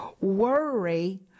Worry